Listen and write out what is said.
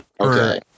Okay